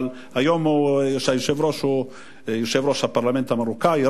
אבל היום היושב-ראש הוא יושב-ראש הפרלמנט המרוקני,